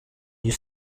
you